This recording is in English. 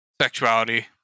sexuality